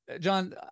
John